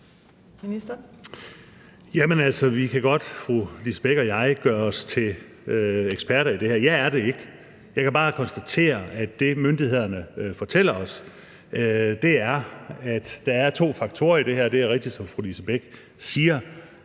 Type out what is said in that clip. og jeg, gøre os til eksperter i det her. Jeg er det ikke. Jeg kan bare konstatere, at det, myndighederne fortæller os, er, at der er to faktorer i det her. Det er rigtigt, som fru Lise Bech siger,